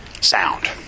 sound